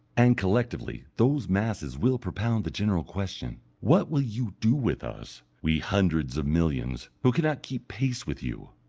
and collectively those masses will propound the general question, what will you do with us, we hundreds of millions, who cannot keep pace with you?